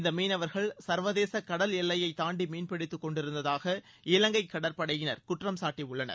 இந்த மீனவர்கள் சர்வதேச கடல் எல்லையை தாண்டி மீன்பிடித்து கொண்டிருந்ததாக இலங்கை கடற்படையினர் குற்றம் சாட்டியுள்ளனர்